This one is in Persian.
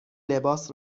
لباس